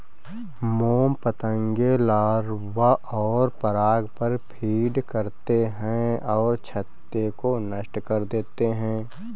मोम पतंगे लार्वा और पराग पर फ़ीड करते हैं और छत्ते को नष्ट कर देते हैं